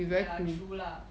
ya true lah